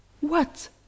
What